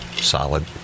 solid